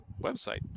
website